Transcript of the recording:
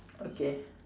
okay